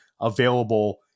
available